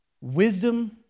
wisdom